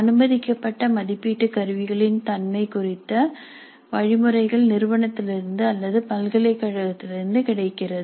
அனுமதிக்கப்பட்ட மதிப்பீட்டு கருவிகளின் தன்மை குறித்த வழிமுறைகள் நிறுவனத்திலிருந்து அல்லது பல்கலைக்கழகத்திலிருந்து கிடைக்கிறது